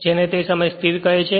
જેને તે સમયે સ્થિર કહે છે